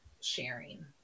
sharing